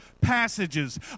passages